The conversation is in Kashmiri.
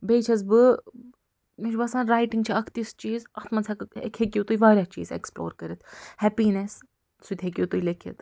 بیٚیہِ چھَس بہٕ مےٚ چھُ باسان رایٹِنٛگ چھِ اکھ تِژھ چیٖز اتھ منٛز ہیٚکِو تُہۍ وارِیاہ چیٖز اٮ۪کٕسپُلور کٔرِتھ ہٮ۪پیٖنٮ۪س سُہ تہِ ہیٚکِو تُہۍ لیٚکھِتھ